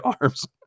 arms